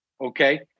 okay